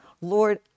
lord